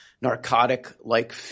narcotic-like